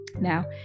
Now